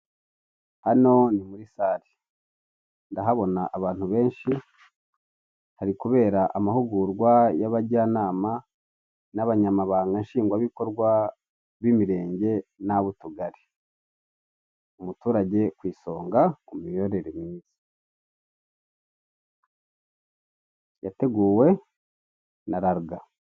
Hano ni muri sare. Ndahabona abantu benshi hari kubera amahugurwa y'abajyanama, n'abanyamabanga nshingwabikorwa b'imirenge n'ab'utugari. Umuturage ku isonga ku miyoborere myiza. Yateguwe na rariga.